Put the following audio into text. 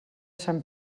sant